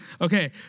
Okay